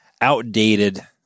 outdated